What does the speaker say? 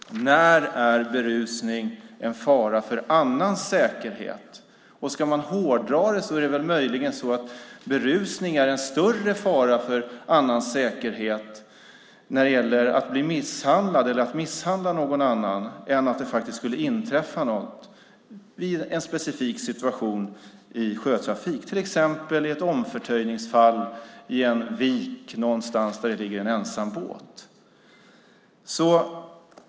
Det är detta som är motstående intressen. Om man ska hårdra det är det möjligen så att berusning är en större fara för annans säkerhet när det gäller att bli misshandlad eller att misshandla någon annan än när det gäller att något skulle inträffa vid en specifik situation i sjötrafik. Det kan till exempel handla om ett omförtöjningsfall i en vik någonstans där det ligger en ensam båt.